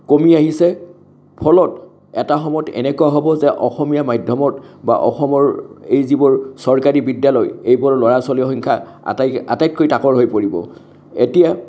কমি আহিছে ফলত এটা সময়ত এনেকুৱা হ'ব যে অসমীয়া মাধ্যমত বা অসমৰ এই যিবোৰ চৰকাৰী বিদ্যালয় এইবোৰ ল'ৰা ছোৱালীৰ সংখ্য়া আটাইতকৈ তাকৰ হৈ পৰিব এতিয়া